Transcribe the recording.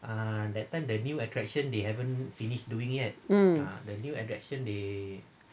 um